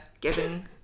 giving